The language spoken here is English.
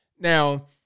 Now